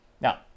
Now